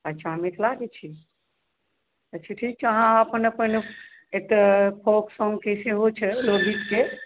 अच्छा मिथिलाके छी अच्छा ठीक छै अहाँ अपन अपन एतऽ फोक सॉन्गके सेहो छै लोकगीतके